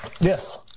Yes